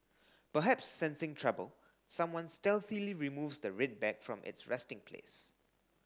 perhaps sensing trouble someone stealthily removes the red bag from its resting place